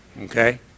Okay